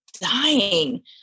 dying